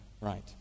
right